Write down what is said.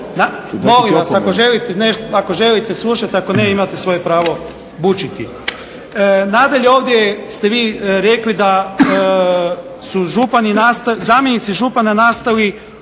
Molim vas ako želite slušajte, ako ne imate svoje pravo bučiti. Nadalje, ovdje ste vi rekli da su župani, zamjenici župana nastali